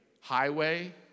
highway